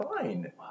fine